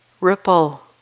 ripple